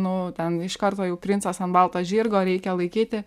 nu ten iš karto jau princas ant balto žirgo reikia laikyti